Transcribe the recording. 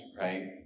right